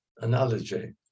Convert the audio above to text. analogy